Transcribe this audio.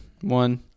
one